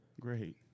Great